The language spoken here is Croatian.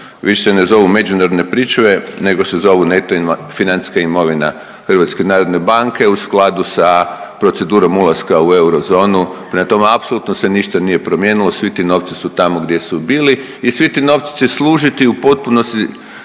Više se ne zovu međunarodne pričuve nego se zovu neto financijska imovina HNB-a u skladu sa procedurom ulaska u eurozonu. Prema tome apsolutno se ništa nije promijenilo, svi ti novci su tamo gdje su bili i svi ti novci će služiti u potpunosti